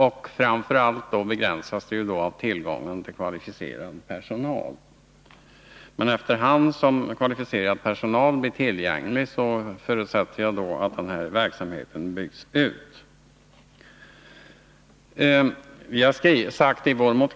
Men framför allt begränsas det av tillgången på kvalificerad personal. Men efter hand som kvalificerad personal blir tillgänglig förutsätter jag att den här verksamheten byggs ut.